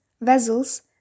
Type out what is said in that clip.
vessels